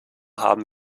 haben